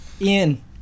Ian